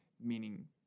meaning